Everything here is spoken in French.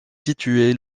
situé